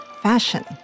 fashion